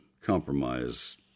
compromise